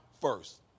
first